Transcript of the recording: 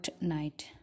night